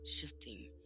shifting